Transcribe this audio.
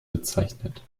bezeichnet